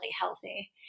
healthy